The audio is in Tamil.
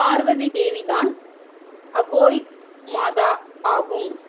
பார்வதி தேவிதான் அகோய் மாதா ஆகும்